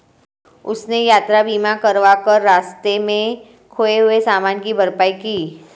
उसने यात्रा बीमा करवा कर रास्ते में खोए हुए सामान की भरपाई की